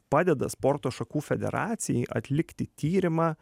padeda sporto šakų federacijai atlikti tyrimą